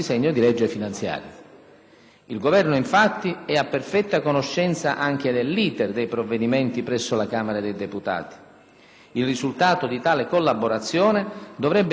Il Governo infatti è a perfetta conoscenza anche dell'*iter* dei provvedimenti presso la Camera dei deputati. Il risultato di tale collaborazione dovrebbe ugualmente essere